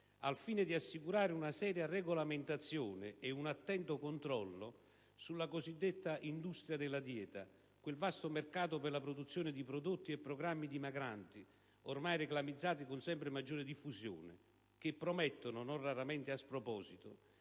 al fine di assicurare una seria regolamentazione e un attento controllo sulla cosiddetta industria della dieta, quel vasto mercato per la realizzazione di prodotti e programmi dimagranti, ormai reclamizzati con sempre maggior diffusione, che promettono - non raramente a sproposito